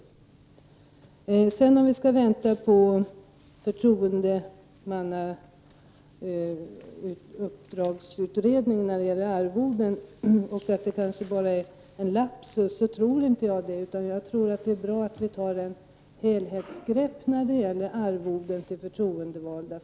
Sedan till frågan om vi skall vänta på förtroendemannauppdragsutredningens resultat när det gäller arvoden. Jag tror inte att det bara är en lapsus, utan jag tror att det är bra att vi tar ett helhetsgrepp när det gäller arvoden till förtroendevalda.